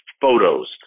photos